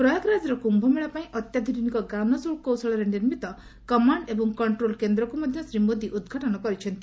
ପ୍ରୟାଗରାଜର କ୍ୟୁମେଳା ପାଇଁ ଅତ୍ୟାଧୁନିକ ଜ୍ଞାନକୌଶଳରେ ନିର୍ମିତ କମାଣ୍ଡ ଏବଂ କଣ୍ଟ୍ରୋଲ୍ କେନ୍ଦ୍ରକୁ ମଧ୍ୟ ଶ୍ରୀ ମୋଦି ଉଦ୍ଘାଟନ କରିଛନ୍ତି